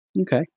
Okay